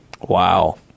Wow